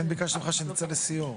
לכן ביקשתי ממך שנצא לסיור.